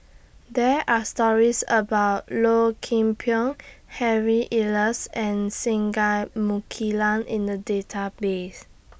There Are stories about Low Kim Pong Harry Elias and Singai Mukilan in The Database